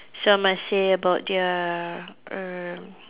so I must say about their err